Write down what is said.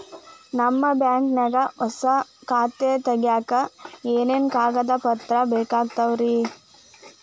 ನಿಮ್ಮ ಬ್ಯಾಂಕ್ ನ್ಯಾಗ್ ಹೊಸಾ ಖಾತೆ ತಗ್ಯಾಕ್ ಏನೇನು ಕಾಗದ ಪತ್ರ ಬೇಕಾಗ್ತಾವ್ರಿ?